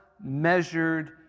measured